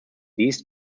leased